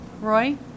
Roy